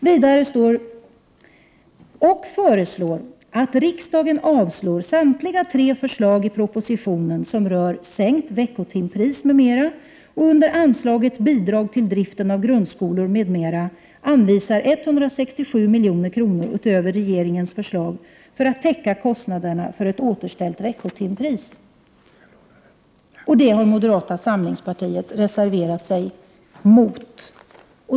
Vidare står det i betänkandet: ”-—— och föreslår att riksdagen avslår samtliga tre förslag i propositionen som rör sänkt veckotimpris m.m. och under anslaget Bidrag till driften av grundskolor m.m. anvisar 167 milj.kr. utöver regeringens förslag för att täcka kostnaderna för ett återställt veckotimpris.” Detta har moderata samlingspartiet reserverat sig mot.